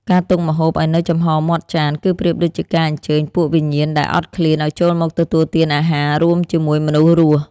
ការទុកម្ហូបឱ្យនៅចំហរមាត់ចាន គឺប្រៀបដូចជាការអញ្ជើញពួកវិញ្ញាណដែលអត់ឃ្លានឱ្យចូលមកទទួលទានអាហាររួមជាមួយមនុស្សរស់។